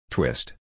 Twist